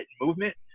movement